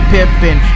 Pippin